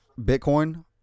Bitcoin